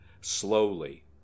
slowly